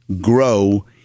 grow